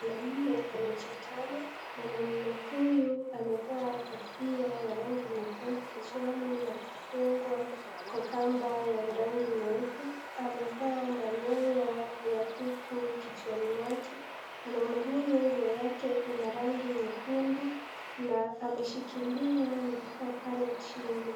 Mwanaume amechutama . Mwanaume huyu amevaa kofia ya rangi nyekundu kichwani na kufungwa kwa kamba ya rangi nyeupe. Amevaa manyoya ya kuku kichwani mwake. mwanaume huyu nguo yake ina rangi nyekundu na ameshikilia mifupa pale Chini